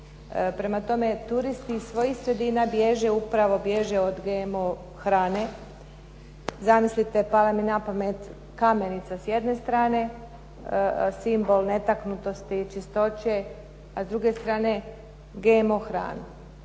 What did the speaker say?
Prema tome, turisti iz svojih sredina bježe upravo od GMO hrane. Zamislite, pala mi na pamet kamenica s jedne strane, simbol netaknutosti i čistoće, a s druge strane GMO hrana.